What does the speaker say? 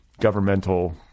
governmental